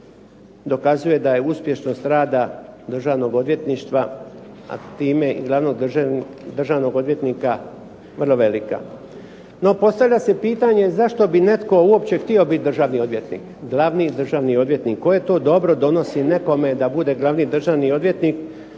dokazuje da je uspješnost rada Državnog odvjetništva, a time i glavnog državnog odvjetnika vrlo velika. No postavlja se pitanje zašto bi netko uopće htio biti državni odvjetnik, glavni državni odvjetnik. Koje to dobro donosi nekome da bude glavni državni odvjetnik,